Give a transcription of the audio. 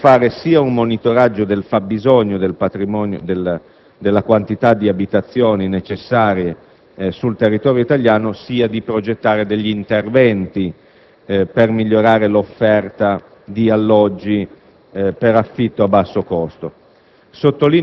per consentire sia un monitoraggio del fabbisogno di abitazioni necessarie sul territorio italiano, sia la progettazione di interventi per migliorare l'offerta di alloggi con affitto a basso costo.